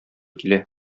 килә